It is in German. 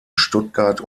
stuttgart